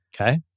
Okay